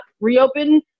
reopen